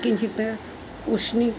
किञ्चित् उष्णी